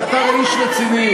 אתה הרי איש רציני.